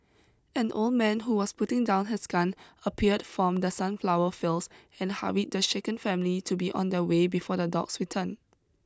an old man who was putting down his gun appeared from the sunflower fields and hurried the shaken family to be on their way before the dogs return